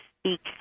speaks